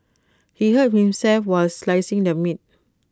he hurt himself while slicing the meat